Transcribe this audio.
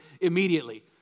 immediately